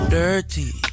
dirty